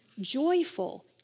joyful